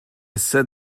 said